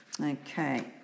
Okay